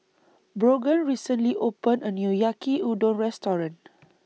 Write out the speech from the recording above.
Brogan recently opened A New Yaki Udon Restaurant